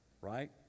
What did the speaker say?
Right